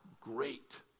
great